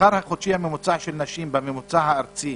השכר החודשי הממוצע של נשים בממוצע הארצי